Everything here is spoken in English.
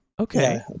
Okay